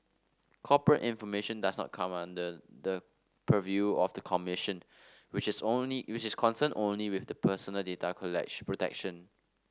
corporate information does not come under the purview of the commission which is only which is concerned only with personal data protection